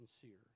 sincere